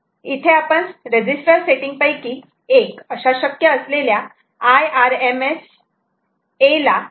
इथे आपण इतर रेजिस्टर सेटिंग पैकी एक अशा शक्य असलेल्या IRMS a ला जाऊ